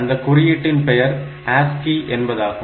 அந்த குறியீட்டின் பெயர் ASCII என்பதாகும்